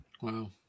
Wow